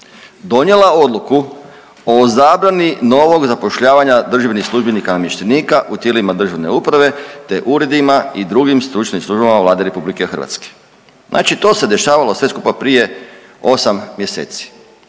donijela Odluku o zabrani novog zapošljavanja državnih službenika i namještenika u tijelima državne uprave te uredima i drugim stručnim službama Vlade RH. Znači to se dešavalo sve skupa prije 8 mjeseci.